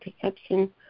perception